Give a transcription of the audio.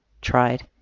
tried